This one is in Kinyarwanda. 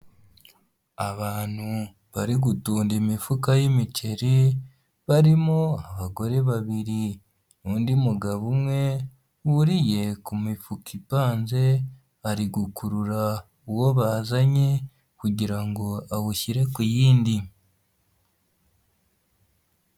Abantu bari gutunda imifuka y'imiceri, barimo abagore babiri, undi mugabo umwe wuriye ku mifuka ipanze, ari gukurura uwo bazanye kugira ngo awushyire ku yindi.